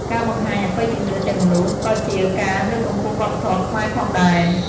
ការបង្ហាញអបិយជំនឿទាំងនោះក៏ជាការលើកកម្ពស់វប្បធម៌ខ្មែរផងដែរ។